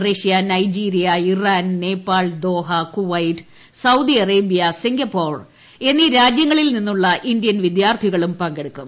Russia Nigeria Iran Nepal Doha Kuwait Saudi Arabia Singapore എന്നീ രാജ്യങ്ങളിൽ സ്ലിന്നുള്ള ഇന്ത്യൻ വിദ്യാർത്ഥികൾ പങ്കെടുക്കും